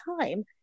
time